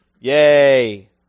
Yay